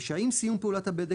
ושעם סיום פעולת הבדק,